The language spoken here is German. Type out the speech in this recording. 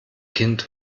kind